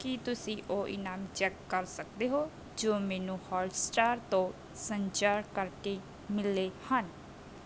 ਕੀ ਤੁਸੀਂਂ ਉਹ ਇਨਾਮ ਚੈੱਕ ਕਰ ਸਕਦੇ ਹੋ ਜੋ ਮੈਨੂੰ ਹੌਟਸਟਾਰ ਤੋਂ ਸੰਚਾਰ ਕਰਕੇ ਮਿਲੇ ਹਨ